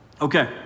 Okay